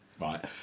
right